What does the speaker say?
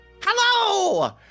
Hello